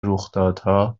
رخدادها